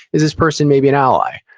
is this person, maybe, an ally?